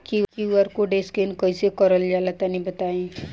QR code scan कैसे क़रल जला तनि बताई?